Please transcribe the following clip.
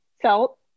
felt